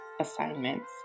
assignments